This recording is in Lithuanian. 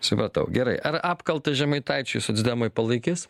supratau gerai ar apkalta žemaitaičiui socdemai palaikys